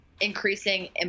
increasing